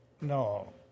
No